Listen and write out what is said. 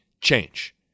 change